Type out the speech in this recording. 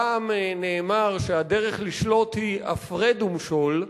פעם נאמר שהדרך לשלוט היא הפרד ומשול,